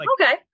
okay